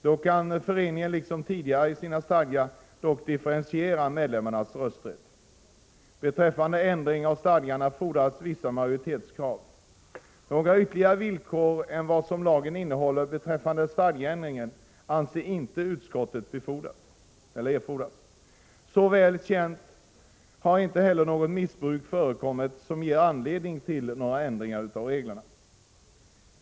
Dock kan förening liksom tidigare i sina stadgar differentiera medlemmarnas rösträtt. Beträffande ändring av stadgar ställs vissa majoritetskrav. Några ytterligare villkor än vad lagen innehåller beträffande stadgeändring anser inte utskottet erfordras. Såvitt känt har inte något missbruk förekommit som ger anledning till ändring av reglerna.